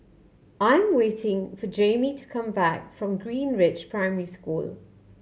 I'm waiting for Jaime to come back from Greenridge Primary School